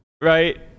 right